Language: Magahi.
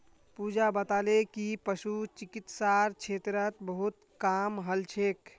पूजा बताले कि पशु चिकित्सार क्षेत्रत बहुत काम हल छेक